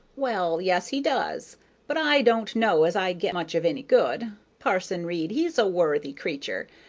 well, yes, he does but i don't know as i get much of any good. parson reid, he's a worthy creatur',